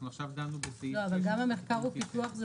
אנחנו דנו עכשיו בסעיף 16. אבל מחקר ופיתוח זה